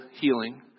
healing